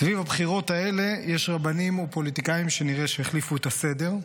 סביב הבחירות האלה יש רבנים ופוליטיקאים שנראה שהחליפו את הסדר.